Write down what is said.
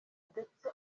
ndetse